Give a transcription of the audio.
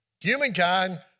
Humankind